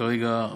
כרגע,